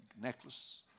necklace